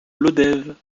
lodève